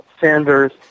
Sanders